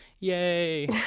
Yay